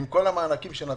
עם כל המענקים שנתנו.